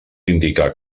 indicar